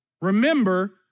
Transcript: Remember